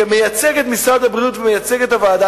כמייצגת משרד הבריאות ומייצגת הוועדה,